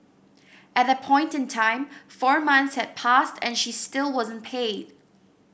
at that point in time four months had passed and she still wasn't paid